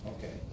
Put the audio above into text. Okay